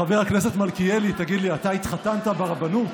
חבר הכנסת מלכיאלי, תגיד לי, אתה התחתנת ברבנות?